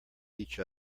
each